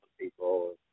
people